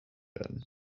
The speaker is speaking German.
werden